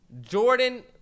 Jordan